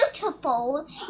beautiful